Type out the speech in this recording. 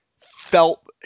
felt